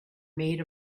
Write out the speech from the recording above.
maid